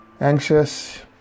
anxious